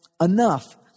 enough